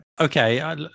okay